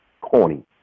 corny